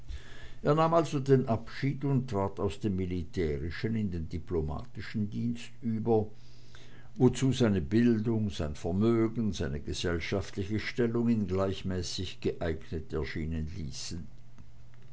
er nahm also den abschied und trat aus dem militärischen in den diplomatischen dienst über wozu seine bildung sein vermögen seine gesellschaftliche stellung ihn gleichmäßig geeignet erscheinen ließen